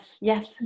yes